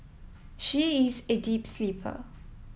she is a deep sleeper